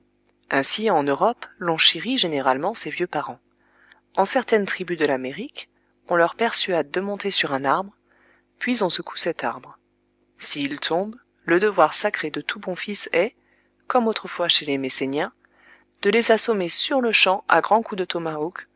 ainsi en europe l'on chérit généralement ses vieux parents en certaines tribus de l'amérique on leur persuade de monter sur un arbre puis on secoue cet arbre s'ils tombent le devoir sacré de tout bon fils est comme autrefois chez les messéniens de les assommer sur-le-champ à grands coups de